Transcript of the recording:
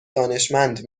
دانشمند